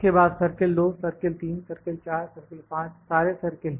उसके बाद circle 2 circle 3 circle 4 circle 5 सारे सर्किल